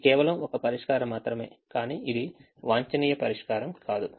ఇది కేవలం ఒక పరిష్కారం మాత్రమే కానీ ఇది వాంఛనీయ పరిష్కారం కాదు